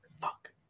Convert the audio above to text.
Fuck